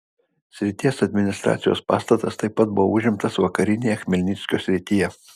srities administracijos pastatas taip pat buvo užimtas vakarinėje chmelnyckio srityje